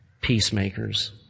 peacemakers